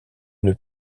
une